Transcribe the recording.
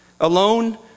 alone